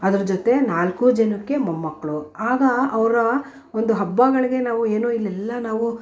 ಅದರ ಜೊತೆ ನಾಲ್ಕೂ ಜನಕ್ಕೆ ಮೊಮ್ಮಕ್ಕಳು ಆಗ ಅವರ ಒಂದು ಹಬ್ಬಗಳಿಗೆ ನಾವು ಏನೂ ಇಲ್ಲೆಲ್ಲ ನಾವು